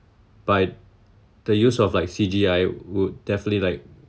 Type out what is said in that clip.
by the use of like C_G_I would definitely like